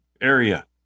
area